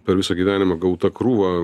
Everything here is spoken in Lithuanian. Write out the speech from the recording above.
per visą gyvenimą gauta krūvą